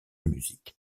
musique